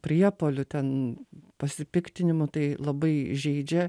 priepuolių ten pasipiktinimų tai labai žeidžia